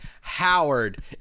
Howard